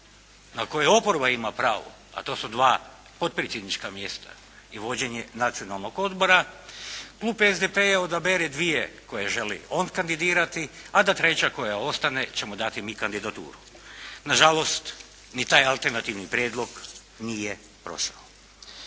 na koje oporba ima pravo a to su dva potpredsjednička mjesta i vođenje Nacionalnog odbora Klub SDP-a odabere dvije koje želi on kandidirati a da treća koja ostane ćemo dati mi kandidaturu. Nažalost, ni taj alternativni prijedlog nije prošao.